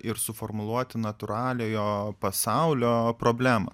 ir suformuluoti natūraliojo pasaulio problemą